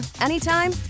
anytime